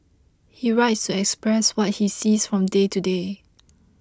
he writes to express what he sees from day to day